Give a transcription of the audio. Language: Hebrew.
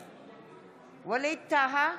תודה.